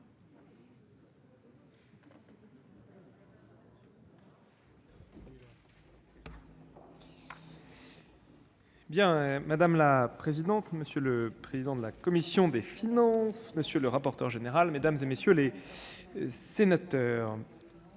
Madame la présidente, monsieur le président de la commission des finances, monsieur le rapporteur, mesdames, messieurs les sénateurs,